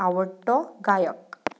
आवडटो गायक